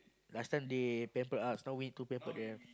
last time they pamper us now we need to pampered them